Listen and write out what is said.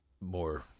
more